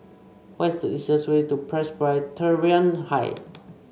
what is the easiest way to Presbyterian High